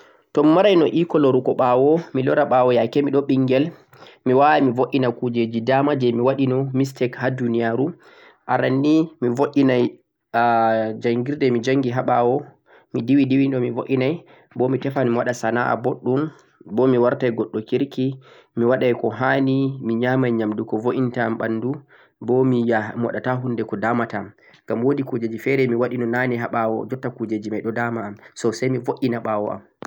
to mi maran no ikko mi lora ɓa'wo, mi lora ɓa'wo yake miɗo ɓinngel, mi waaway mi bo'iina kuujeeeji dama jee mi waɗi no mistake ha duuniyaaru. aran ni, mi bo'iinay am njanngirdee mi njanngi ha ɓa'wo, mi diwi diwi no mi bo'iinay, bo mi tefan mi waɗa sana'a boɗɗum, bo mi wartay goɗɗo kirki, ki waɗay ko ha'ni, mi nyaamay nyaamndu ko bo'iin ta am ɓanndu, bo mi mi waɗata huunde ko damata am, ngam woodi kuujeeeji feere mi waɗi no naane ha ɓawo jotta kuujeeeji may ɗo da'ma am, so, say mi bo'iina ɓa'wo am.